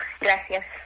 Gracias